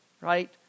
right